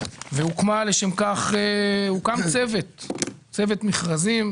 והוקם לשם כך צוות מכרזים,